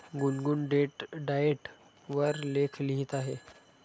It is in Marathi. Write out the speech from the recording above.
गुनगुन डेट डाएट वर लेख लिहित आहे